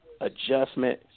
adjustment